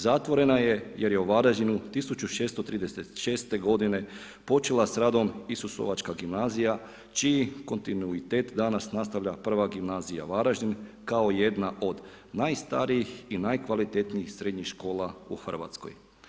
Zatvorena je jer je u Varaždinu 1636. godine počela s radom Isusovačka gimnazija čiji kontinuitet danas nastavlja I. gimnazija Varaždin kao jedna od najstarijih i najkvalitetnijih srednjih škola u Hrvatskoj.